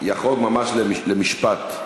ממש למשפט,